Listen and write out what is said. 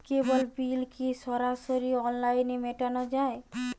কেবল bill কি সরাসরি অনলাইনে মেটানো য়ায়?